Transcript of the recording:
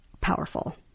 powerful